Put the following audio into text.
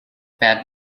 bad